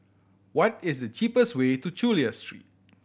what is the cheapest way to Chulia Street